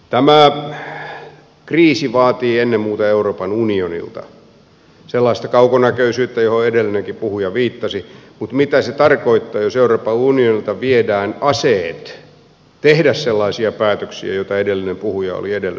tämä kriisi vaatii ennen muuta euroopan unionilta sellaista kaukonäköisyyttä johon edellinenkin puhuja viittasi mutta mitä se tarkoittaa jos euroopan unionilta viedään aseet tehdä sellaisia päätöksiä joita edellinen puhuja oli edellyttämässä eulta